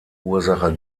ursache